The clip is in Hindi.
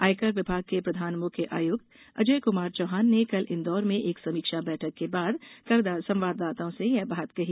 आयकर विभाग के प्रधान मुख्य आयुक्त अजय कुमार चौहान ने कल इन्दौर में एक समीक्षा बैठक के बाद संवाददाताओं से यह बात कही